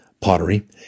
pottery